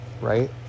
right